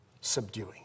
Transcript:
Subduing